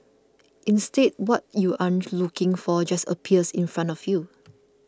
instead what you aren't looking for just appears in front of you